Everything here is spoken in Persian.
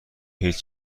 هیچ